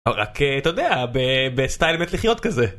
או רק, אה, אתה יודע, בסטייל מת לחיות כזה